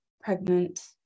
pregnant